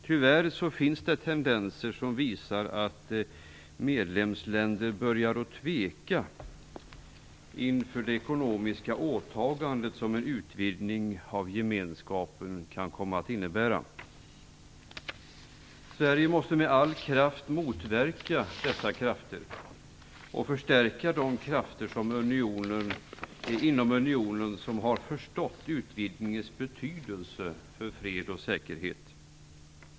Tyvärr finns det tendenser som visar att medlemsländer börjar tveka inför det ekonomiska åtagande som en utvidgning av Gemenskapen kan komma att innebära. Sverige måste med all kraft motverka dessa krafter och förstärka de krafter inom unionen som har förstått utvidgningens betydelse för fred och säkerhet.